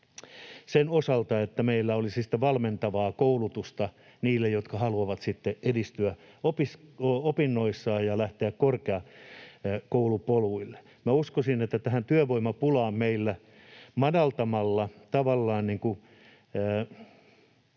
sen osalta, että meillä olisi valmentavaa koulutusta niille, jotka haluavat sitten edistyä opinnoissaan ja lähteä korkeakoulupoluille. Minä uskoisin, että tähän työvoimapulaan meillä voisi vastata madaltamalla tavallaan